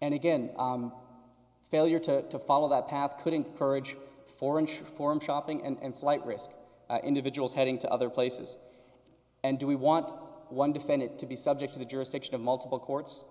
and again failure to follow that path could encourage foreign should form shopping and flight risk individuals heading to other places and do we want one defendant to be subject to the jurisdiction of multiple courts